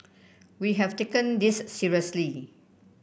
we have taken this seriously